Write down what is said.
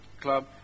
Club